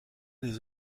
des